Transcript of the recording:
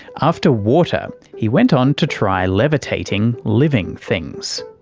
after water, he went on to try levitating living things.